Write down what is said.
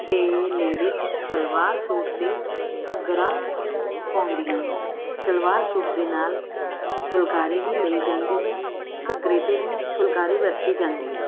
ਅਤੇ ladies salwar suit ਅਤੇ ਘੱਗਰਾ ਪਾਉਂਦੀਆਂ ਸਲਵਾਰ ਸੂਟ ਦੇ ਨਾਲ ਫੁਲਕਾਰੀ ਵੀ ਲਈ ਜਾਂਦੀ ਹੈ ਘੱਗਰੇ 'ਤੇ ਵੀ ਫੁਲਕਾਰੀ ਵਰਤੀ ਜਾਂਦੀ ਹੈ